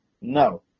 no